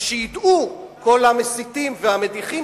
אז שידעו כל המסיתים והמדיחים,